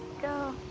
go.